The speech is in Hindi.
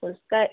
उसका